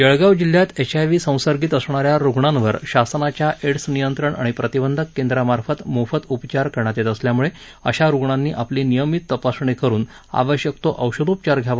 जळगाव जिल्ह्यात एचआयव्ही संसर्गित असणाऱ्या रुग्णांवर शासनाच्या एड्स नियंत्रण आणि प्रतिबंधक केंद्रामार्फत मोफत उपचार करण्यात येत असल्यामुळे अशा रुग्णांनी आपली नियमित तपासणी करुन आवश्यक तो औषधोपचार घ्यावा